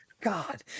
god